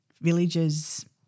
villages